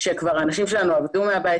כשכבר האנשים שלנו עבדו מהבית,